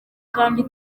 kandi